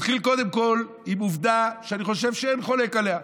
נתחיל קודם כול עם העובדה שאני חושב שאין חולק עליה,